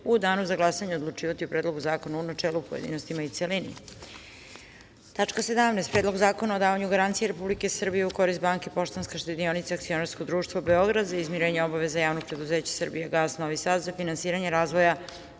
u danu za glasanje odlučivati p Predlogu zakona u načelu, pojedinostima i u celini.17.